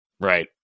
Right